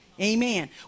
amen